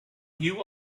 you